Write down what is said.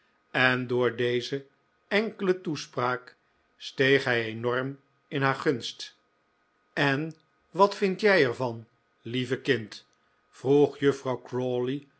en door deze enkele toespraak steeg hij enorm in haar gunst en wat vind jij er van lieve kind vroeg juffrouw